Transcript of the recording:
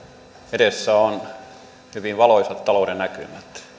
edessä on hyvin valoisat talouden näkymät